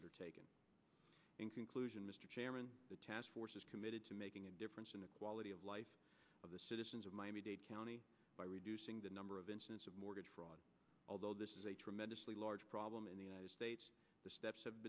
undertaken in conclusion mr chairman the task force is committed to making a difference in the quality of life of the citizens of miami dade county by reducing the number of incidents of mortgage fraud although this is a tremendously large problem in the united states the steps have